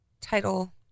Title